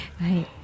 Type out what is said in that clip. Right